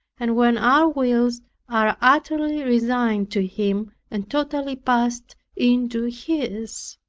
and when our wills are utterly resigned to him, and totally passed into his.